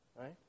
Right